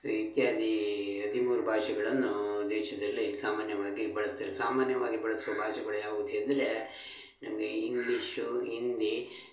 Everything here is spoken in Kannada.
ಇತ್ಯಾದಿ ಹದಿಮೂರು ಭಾಷೆಗಳನ್ನು ದೇಶದಲ್ಲಿ ಸಾಮಾನ್ಯವಾಗಿ ಬಳ್ಸ್ತಾರೆ ಸಾಮಾನ್ಯವಾಗಿ ಬಳಸುವ ಭಾಷೆಗಳು ಯಾವುದೆಂದರೆ ನಮಗೆ ಇಂಗ್ಲೀಷೂ ಹಿಂದಿ